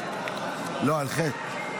שלך?